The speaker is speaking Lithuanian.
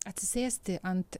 atsisėsti ant